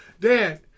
Dan